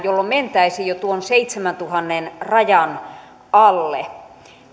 jolloin mentäisiin jo tuon seitsemäntuhannen rajan alle